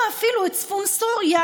או אפילו את צפון סוריה,